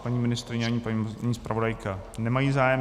Paní ministryně ani paní zpravodajka nemají zájem.